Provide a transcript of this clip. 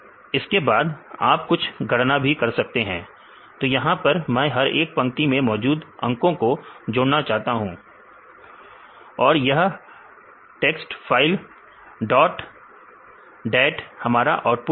इसके बाद आप कुछ गणना भी कर सकते हैं तो यहां पर मैं हर एक पंक्ति में मौजूद अंको को जोड़ना चाहता हूं और यह text five dot dot test5dat हमारा आउटपुट फाइल है